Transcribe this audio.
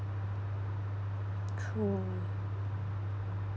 true